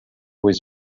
with